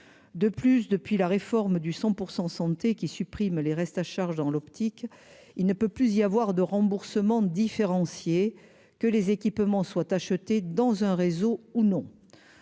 de plus depuis la réforme du 100 %% santé qui supprime les restes à charge dans l'optique, il ne peut plus y avoir de remboursement différencié que les équipements soient achetés dans un réseau ou non